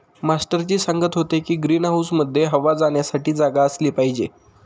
master ji सांगत होते की ग्रीन हाऊसमध्ये हवा जाण्यासाठी जागा असली पाहिजे